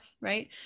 right